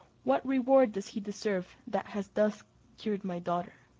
what reward does he deserve that has thus cured my daughter?